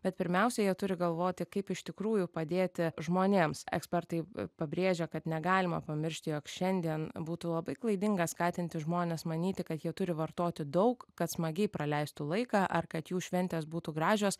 bet pirmiausia jie turi galvoti kaip iš tikrųjų padėti žmonėms ekspertai pabrėžia kad negalima pamiršti jog šiandien būtų labai klaidinga skatinti žmones manyti kad jie turi vartoti daug kad smagiai praleistų laiką ar kad jų šventės būtų gražios